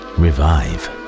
revive